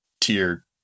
tier